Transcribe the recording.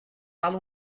val